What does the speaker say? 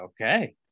okay